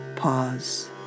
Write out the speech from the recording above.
pause